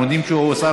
אנחנו יודעים שהשר,